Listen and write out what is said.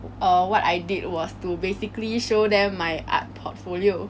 err what I did was to basically show them my art portfolio